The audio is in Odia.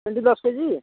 ଭେଣ୍ଡି ଦଶ କେଜି